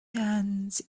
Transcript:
hands